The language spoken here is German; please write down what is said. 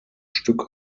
stück